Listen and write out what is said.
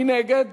מי נגד